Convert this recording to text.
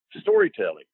storytelling